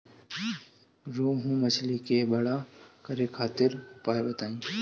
रोहु मछली के बड़ा करे खातिर उपाय बताईं?